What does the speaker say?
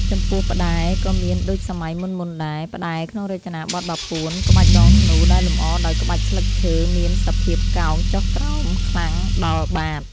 ចំពោះផ្តែ ក៏មានដូចសម័យមុនៗដែរ ផ្តែរក្នុងរចនាបថបាពួន ក្បាច់ដងធ្នូដែលលម្អដោយក្បាច់ស្លឹកឈើ មានសភាពកោងចុះក្រោមខ្លាំងដល់បាត។